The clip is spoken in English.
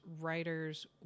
writers